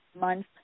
month